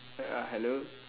err uh hello